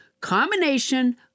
combination